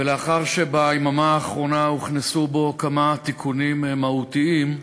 ולאחר שביממה האחרונה הוכנסו בו כמה תיקונים מהותיים,